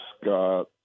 Scott